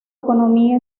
economía